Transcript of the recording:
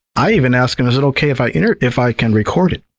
i even ask them, is it okay if i you know if i can record it?